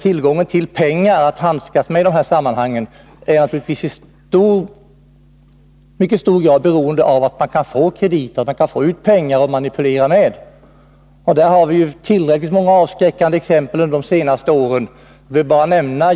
Tillgången till pengar att handskas med i dessa sammanhang är naturligtvis i mycket hög grad beroende på att man kan få krediter och därmed pengar att manipulera med. Vi har tillräckligt många avskräckande exempel från de gångna åren.